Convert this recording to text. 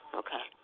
okay